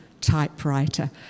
typewriter